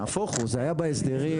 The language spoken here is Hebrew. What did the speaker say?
נהפוך הוא, זה היה בהסדרים.